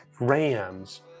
Rams